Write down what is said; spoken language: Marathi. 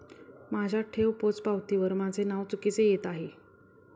माझ्या ठेव पोचपावतीवर माझे नाव चुकीचे येत आहे